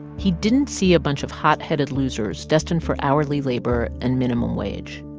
he didn't see a bunch of hot-headed losers destined for hourly labor and minimum wage.